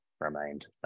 remained